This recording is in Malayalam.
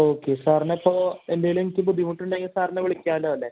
ഓക്കെ സാർനെ ഇപ്പോൾ എന്തെങ്കിലും എനിക്ക് ബുദ്ധിമുട്ടുണ്ടെങ്കിൽ സാർനെ വിളിക്കാമല്ലോ അല്ലേ